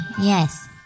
yes